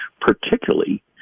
particularly